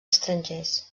estrangers